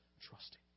trusting